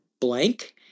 blank